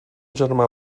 germà